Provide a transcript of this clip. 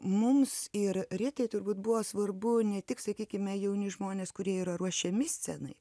mums ir ritai turbūt buvo svarbu ne tik sakykime jauni žmonės kurie yra ruošiami scenai